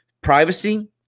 privacy